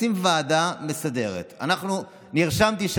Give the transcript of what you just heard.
אנחנו פה יושבים ואתם מצביעים בוועדות.